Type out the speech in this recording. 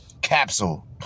Capsule